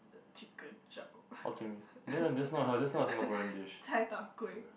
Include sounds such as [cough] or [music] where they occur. the chicken chop [laughs] Cai-Tao-Kway